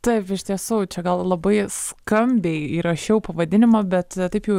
taip iš tiesų čia gal labai skambiai įrašiau pavadinimą bet taip jau